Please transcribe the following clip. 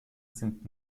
sind